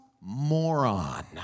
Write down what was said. moron